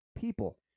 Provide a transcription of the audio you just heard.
people